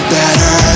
better